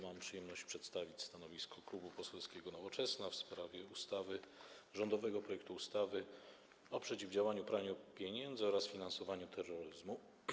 Mam przyjemność przedstawić stanowisko Klubu Poselskiego Nowoczesna w sprawie rządowego projektu ustawy o przeciwdziałaniu praniu pieniędzy oraz finansowaniu terroryzmu.